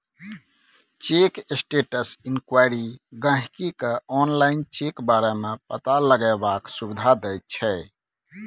cheque status inquiry गाहिंकी केँ online check बारे मे पता लगेबाक सुविधा दैत छै